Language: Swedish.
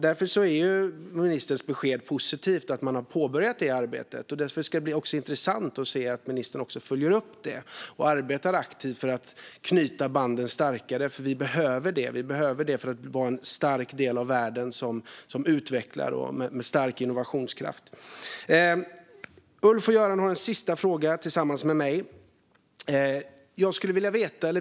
Därför är ministerns besked om att man har påbörjat det arbetet positivt. Det ska bli intressant att se att ministern också följer upp det och arbetar aktivt för att knyta banden starkare, för vi behöver det. Vi behöver det för att vara en stark del av världen som utvecklar och har en stark innovationskraft. Ulf, Göran och jag har en sista fråga.